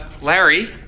Larry